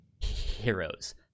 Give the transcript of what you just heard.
heroes